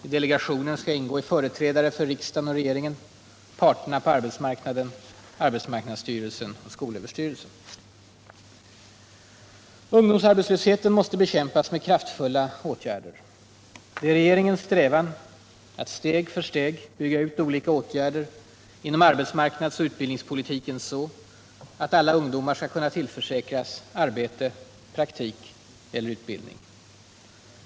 I delegationen skall ingå företrädare för riksdagen och regeringen, parterna på arbetsmarknaden, arbetsmarknadsstyrelsen och skolöverstyrelsen. för att främja sysselsättningen Ungdomsarbetslösheten måste bekämpas med kraftfulla åtgärder. Det är regeringens strävan att steg för steg bygga ut olika åtgärder inom arbetsmarknadsoch utbildningspolitiken så att alla ungdomar skall kunna tillförsäkras arbete, praktik eller utbildning.